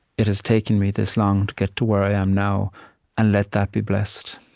it has taken me this long to get to where i am now and let that be blessed.